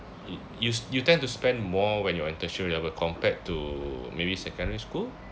you you tend to spend more when you are in tertiary level compared to maybe secondary school